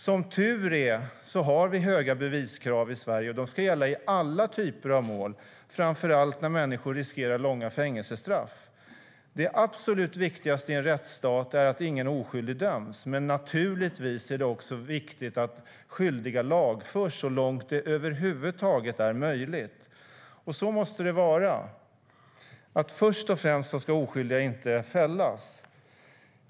Som tur är har vi höga beviskrav i Sverige, och det ska gälla i alla typer av mål, framför allt när människor riskerar långa fängelsestraff. Det absolut viktigaste i en rättsstat är att ingen oskyldig döms, men naturligtvis är det också viktigt att skyldiga lagförs så långt det över huvud taget är möjligt. Så måste det vara. Först och främst ska oskyldiga inte fällas.